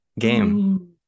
game